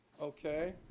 Okay